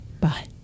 Bye